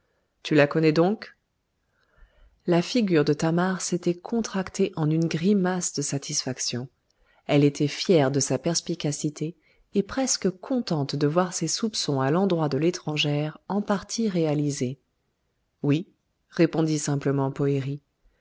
tu la connais donc la figure de thamar s'était contractée en une grimace de satisfaction elle était fière de sa perspicacité et presque contente de voir ses soupçons à l'endroit de l'étrangère en partie réalisés oui répondit simplement